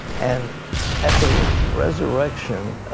and at the resurrection,